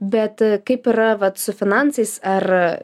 bet kaip yra vat su finansais ar